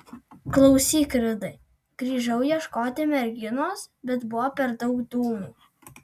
klausyk ridai grįžau ieškoti merginos bet buvo per daug dūmų